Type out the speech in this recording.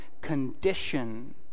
condition